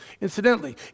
Incidentally